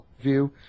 view